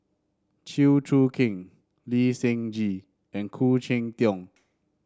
Chew Choo Keng Lee Seng Gee and Khoo Cheng Tiong